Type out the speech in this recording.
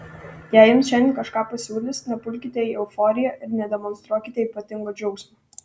jei jums šiandien kažką pasiūlys nepulkite į euforiją ir nedemonstruokite ypatingo džiaugsmo